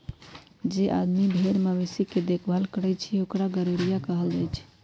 जे आदमी भेर मवेशी के देखभाल करई छई ओकरा गरेड़िया कहल जाई छई